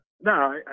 No